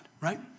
right